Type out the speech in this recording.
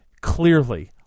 clearly